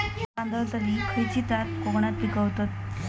तांदलतली खयची जात कोकणात पिकवतत?